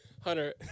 Hunter